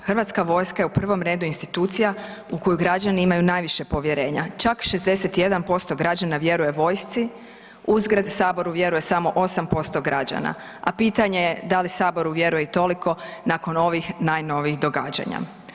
Hrvatska vojska je u prvom redu institucija u koju građani imaju najviše povjerenja, čak 61% građana vjeruje vojsci, uzgred Saboru vjeruje samo 8% građana, a pitanje je da li Saboru vjeruje i toliko nakon ovih najnovijih događanja.